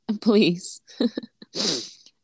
Please